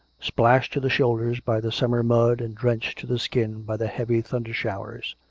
splashed to the shoulders by the summer-mud, and drenched to the skin by the heavy thunder-showers.